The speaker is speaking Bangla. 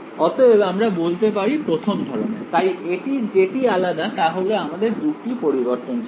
অতএব আমরা বলতে পারি প্রথম ধরনের তাই এটির যেটি আলাদা তা হলো আমাদের দুটি পরিবর্তনশীল আছে